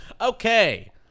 okay